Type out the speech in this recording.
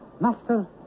Master